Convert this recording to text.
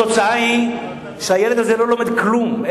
התוצאה היא שהילד הזה לא לומד כלום,